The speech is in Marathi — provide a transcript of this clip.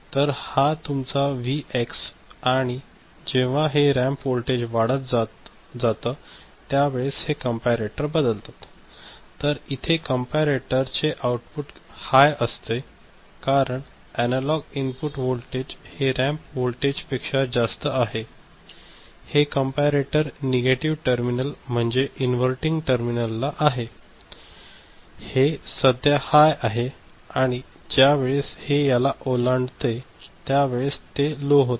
तर हा आहे तुमचा व्ही एक्स आणि जेव्हा हे रॅम्प वोल्टेज वाढत जात त्या वेळेस हे कम्पारेटर बदलतात तर इथे कम्पारेटर चे आउटपुट हाय असते कारण अनालॉग इनपुट वोल्टेज हे रॅम्प वोल्टेज पेक्षा जास्त आहे जे कम्पारेटर नेगेटिव्ह टर्मिनल म्हणजे इन्व्हर्टिन्ग टर्मिनल ला आहे हे सध्या हाय आहे आणि ज्या वेळेस हे याला ओलांडते त्या वेळेस ते लो होते